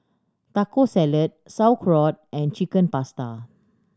Taco Salad Sauerkraut and Chicken Pasta